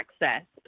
access